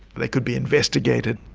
they could be investigated.